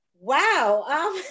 Wow